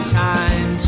time